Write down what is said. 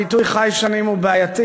הביטוי ח"י שנים הוא בעייתי,